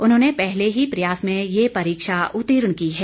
उन्होंने पहले ही प्रयास में ये परीक्षा उत्तीर्ण की है